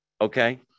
Okay